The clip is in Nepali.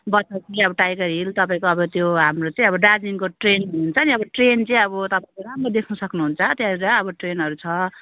बतासे अब टाइगर हिल तपाईँको अब त्यो हाम्रो चाहिँ दार्जिलिङको ट्रेन हुन्छ नि अब ट्रेन चाहिँ अब तपाईँको राम्रो देख्नु सक्नुहुन्छ त्यहाँनिर अब ट्रेनहरू छ